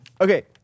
okay